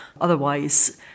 Otherwise